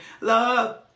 Love